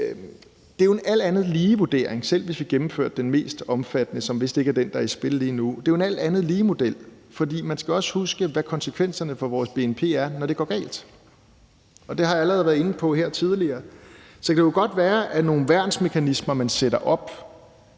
Det er jo en alt andet lige-model. Selv hvis vi gennemførte den mest omfattende, som vist ikke er den, der er i spil lige nu, er det jo en alt andet lige-model, for man skal også huske, hvad konsekvenserne for vores bnp er, når det går galt, og det har jeg allerede været inde på her tidligere. Det kan jo godt være, at nogle værnsmekanismer, man sætter op,